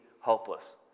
hopeless